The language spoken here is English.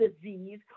disease